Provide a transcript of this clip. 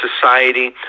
society